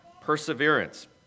perseverance